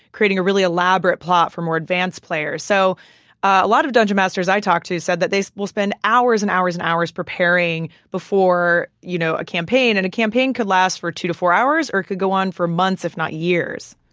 creating a really elaborate plot for more advanced players. so a lot of dungeon masters i talked to said that they will spend hours and hours and hours preparing before you know a campaign. and a campaign could last for two to four hours or could go on for months, if not years.